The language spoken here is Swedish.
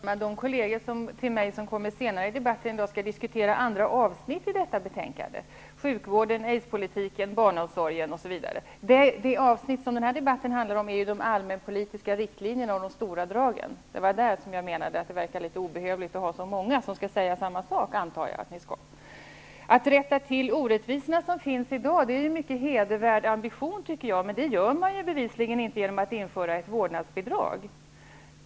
Herr talman! De kolleger till mig som kommer upp senare i debatten skall diskutera andra avsnitt i detta betänkande, dvs. sjukvården, aidspolitiken, barnomsorgen, osv. Det avsnitt som den här debatten handlar om är ju de allmänna politiska riktlinjerna och de stora dragen. Det var där som jag menade att det verkar obehövligt att så många skall säga samma sak -- vilket jag antar att ni skall göra. Att rätta till de orättvisor som finns i dag är en mycket hedervärd ambition, men det gör man bevisligen inte genom att införa ett vårdnadsbidrag.